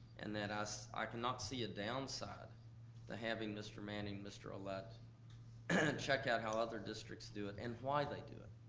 and then, i cannot see a downside to having mr. manning, mr. ouellette and check out how other districts do it and why they do it.